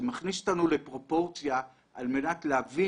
זה מכניס אותנו לפרופורציה על מנת להבין